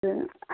اَسہِ